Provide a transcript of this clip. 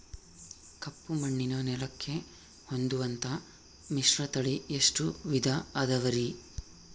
ಕಪ್ಪುಮಣ್ಣಿನ ನೆಲಕ್ಕೆ ಹೊಂದುವಂಥ ಮಿಶ್ರತಳಿ ಎಷ್ಟು ವಿಧ ಅದವರಿ?